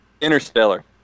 Interstellar